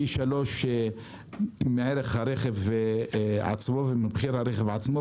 פי שלוש מערך הרכב עצמו וממחיר הרכב עצמו.